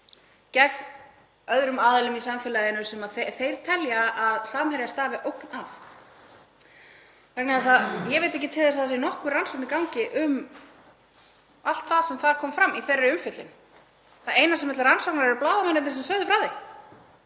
gegn öðrum aðilum í samfélaginu sem þeir telja að Samherja stafi ógn af. Ég veit ekki til þess að það sé nokkur rannsókn í gangi um allt það sem kom fram í þeirri umfjöllun. Það eina sem er til rannsóknar eru blaðamennirnir sem sögðu frá